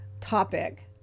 topic